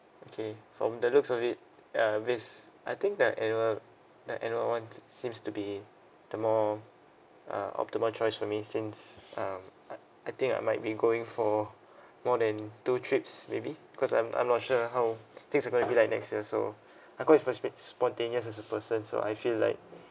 okay from the looks of it ah this I think that annual that annual one seems to be the more uh optimal choice for me since um I I think I might be going for more than two trips maybe because I'm I'm not sure how things are gonna be like next year so I'm quite spon~ spontaneous as a person so I feel like